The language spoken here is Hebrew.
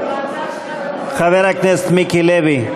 את הוועדה שלך, חבר הכנסת מיקי לוי,